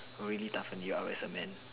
really toughen you up as a man